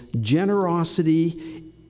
generosity